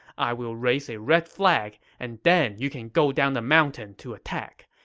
i will raise a red flag, and then you can go down the mountain to attack.